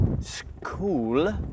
School